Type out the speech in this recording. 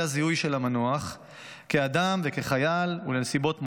הזיהוי של המנוח כאדם וכחייל ולנסיבות מותו.